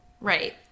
Right